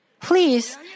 Please